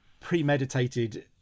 premeditated